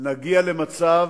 נגיע למצב